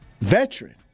veteran